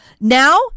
Now